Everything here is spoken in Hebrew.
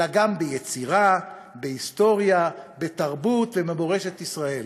אלא גם ביצירה, בהיסטוריה, בתרבות ובמורשת ישראל?